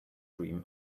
cream